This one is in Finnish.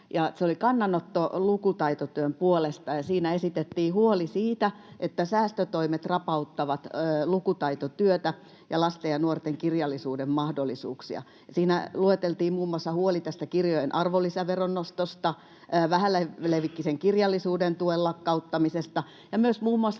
se oli kannanotto lukutaitotyön puolesta. Siinä esitettiin huoli siitä, että säästötoimet rapauttavat lukutaitotyötä ja lasten- ja nuortenkirjallisuuden mahdollisuuksia. Siinä lueteltiin muun muassa huoli tästä kirjojen arvonlisäveron nostosta, vähälevikkisen kirjallisuuden tuen lakkauttamisesta ja myös muun muassa